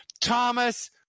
Thomas